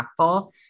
impactful